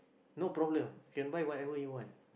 no problem can buy whatever he want